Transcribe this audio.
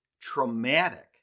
traumatic